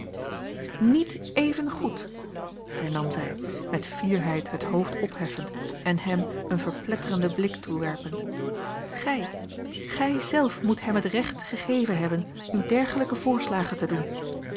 niet evengoed hernam zij met fierheid het hoofd opheffend en hem een verpletterende blik toewerpend gij gij zelf moet hem het recht gegeven hebben u dergelijke voorslagen te doen